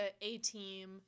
A-Team